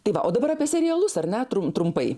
tai va o dabar apie serialus ar ne trum trumpai